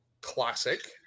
classic